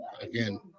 Again